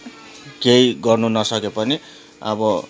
केही गर्नु नसके पनि अब